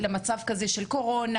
של מצב של קורונה,